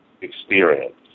experience